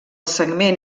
segment